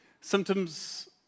symptoms